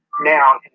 now